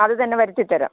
അത് തന്നെ വരുത്തി തരാം